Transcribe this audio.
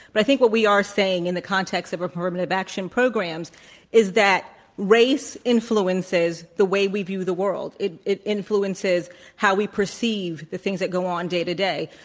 but i think what we are saying in the context of affirmative action programs is that race influences the way we view the world. it it influences how we perceive the things that go on day to day.